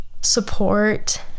Support